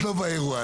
את לא באירוע הזה.